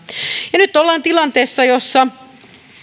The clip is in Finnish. nyt ollaan tilanteessa jossa